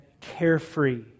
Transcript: carefree